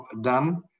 done